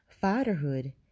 Fatherhood